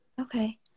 Okay